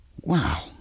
Wow